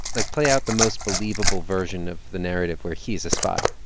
like, play out the most believable version of the narrative where he's a spy